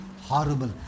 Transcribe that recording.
horrible